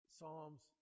Psalms